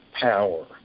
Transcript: Power